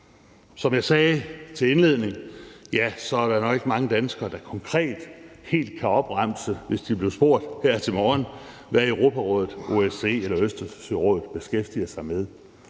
Som jeg sagde til indledning, er der nok ikke mange danskere, der konkret helt kan opremse – hvis de blev spurgt her til morgen – hvad Europarådet, OSCE eller Østersørådet beskæftiger sig med.